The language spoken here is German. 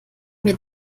mir